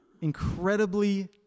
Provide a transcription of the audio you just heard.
incredibly